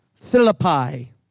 Philippi